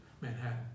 Manhattan